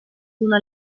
una